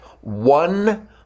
one